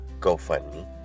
GoFundMe